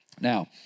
Now